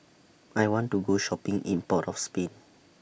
I want to Go Shopping in Port of Spain